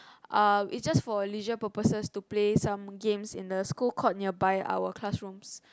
uh it's just for leisure purposes to play some games in the school court nearby our classrooms